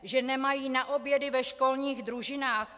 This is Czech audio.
Že nemají na obědy ve školních družinách?